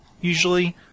usually